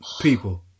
People